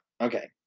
Okay